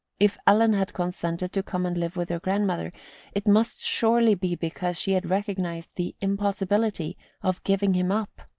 if ellen had consented to come and live with her grandmother it must surely be because she had recognised the impossibility of giving him up.